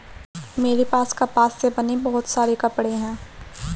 मेरे पास कपास से बने बहुत सारे कपड़े हैं